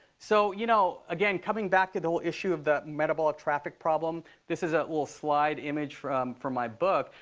so you know again, coming back to the whole issue of the metabolic traffic problem, this is a little slide image from from my book.